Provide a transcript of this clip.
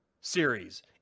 series